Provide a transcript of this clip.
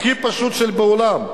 הכי פשוט שבעולם,